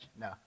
No